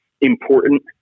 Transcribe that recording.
important